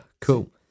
cool